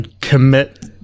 commit